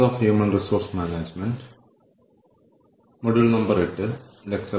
human resource management ക്ലാസിലേക്ക് തിരികെ സ്വാഗതം